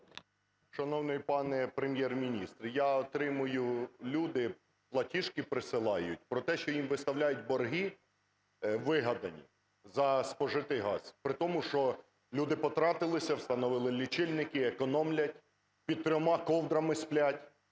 Шановний пане Прем’єр-міністр, я отримую, люди платіжки присилають про те, що їм виставляють борги вигадані за спожитий газ при тому, що люди потратилися, встановили лічильники, економлять: під трьома ковдрами сплять,